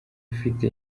ufite